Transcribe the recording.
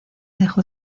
dejó